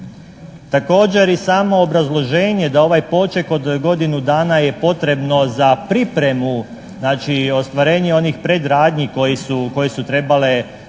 Također i samo obrazloženje da ovaj poček od godinu dana je potrebno za pripremu znači ostvarenje onih predradnji koje su trebale